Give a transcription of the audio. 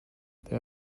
there